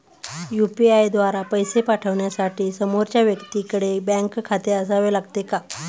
UPI द्वारा पैसे पाठवण्यासाठी समोरच्या व्यक्तीकडे बँक खाते असावे लागते का?